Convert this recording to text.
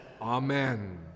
Amen